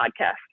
podcast